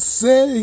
say